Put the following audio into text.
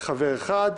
חבר אחד.